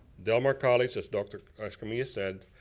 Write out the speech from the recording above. del mar college, as doctor escamilla said,